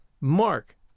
Mark